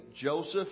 Joseph